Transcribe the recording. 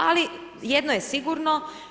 Ali jedno je sigurno.